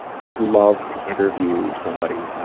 i would love to interview somebody